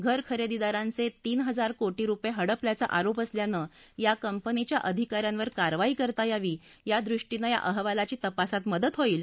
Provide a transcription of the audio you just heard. घर खरेदीदारांचे तीन हजार कोटी रुपये हडपल्याचा आरोप असल्यानं या कंपनीच्या अधिका यांवर कारवाई करता यावी या दृष्टीनं या अहवालाची तपासात मदत होईल